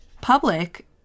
public